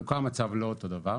בחלוקה המצב לא אותו דבר.